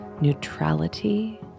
neutrality